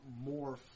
more